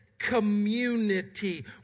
community